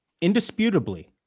indisputably